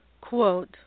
Quote